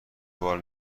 بار